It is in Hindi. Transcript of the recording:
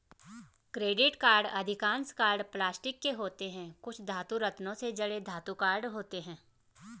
क्रेडिट कार्ड अधिकांश कार्ड प्लास्टिक के होते हैं, कुछ धातु, रत्नों से जड़े धातु कार्ड होते हैं